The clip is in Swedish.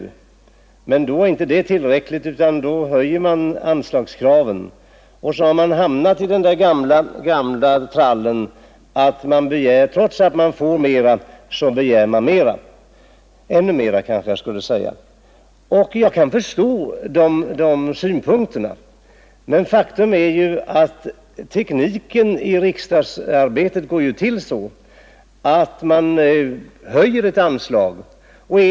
Det anser man tydligen inte vara tillräckligt utan höjer anslagskraven, och så har man hamnat i den där gamla trallen att begära ännu mera trots att man får mera. Jag kan förstå det, och faktum är ju att tekniken i riksdagsarbetet ofta är den när man höjer anslag.